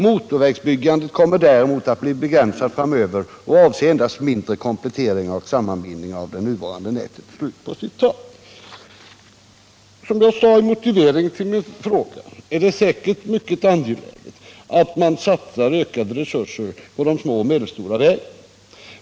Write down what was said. Motorvägsbyggandet kommer däremot att bli begränsat framöver och avse endast mindre kompletteringar och sammanbindningar av det nuvarande nätet.” Som jag sade i motiveringen till min fråga är det säkert mycket angeläget att man satsar ökade resurser på de små och medelstora vägarna.